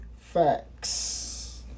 facts